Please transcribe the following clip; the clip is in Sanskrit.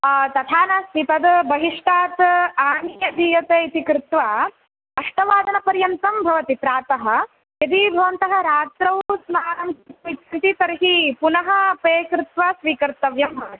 तथा नास्ति तत् बहिष्टात् आनीय दीयते इति कृत्वा अष्टवादनपर्यन्तं भवति प्रातः यदि भवन्तः रात्रौ स्नानं कर्तुम् इच्छन्ति तर्हि पुनः पे कृत्वा स्वीकर्तव्यं भवति